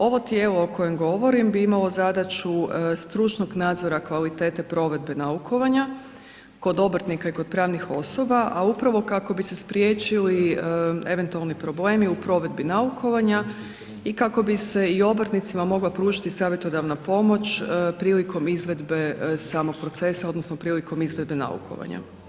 Ovo tijelo o kojem govorim bi imalo zadaću stručnog nadzora kvalitete provedbe naukovanja kod obrtnika i kod pravnih osoba, a upravo kako bi se spriječili eventualni problemi u provedbi naukovanja i kako bi se i obrtnicima mogla pružiti savjetodavna pomoć prilikom izvedbe samog procesa odnosno prilikom izvedbe naukovanja.